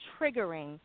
triggering